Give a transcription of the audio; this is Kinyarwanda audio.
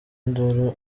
induru